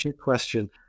Question